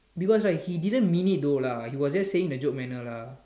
because right she didn't mean it though lah she was just saying the joke manner lah